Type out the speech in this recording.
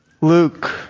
Luke